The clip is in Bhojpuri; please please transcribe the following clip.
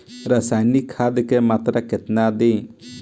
रसायनिक खाद के मात्रा केतना दी?